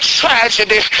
tragedy